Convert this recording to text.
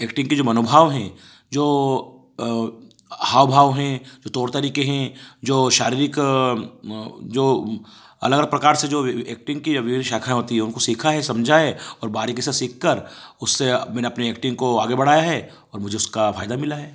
acting की जो मनोभाव हैं जो हाव भाव हैं जो तौर तरीके हैं जो शारीरिक जो अलग अलग प्रकार से जो ए एक्टिंग की शाखाएँ होती है उनको सीखा है समझा है और बारीकी से सीखकर उससे बिना अपनी एक्टिंग को आगे बढ़ाया है और मुझे उसका फायदा मिला है